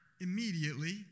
immediately